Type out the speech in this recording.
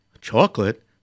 Chocolate